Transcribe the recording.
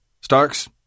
Starks